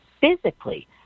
physically